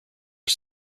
are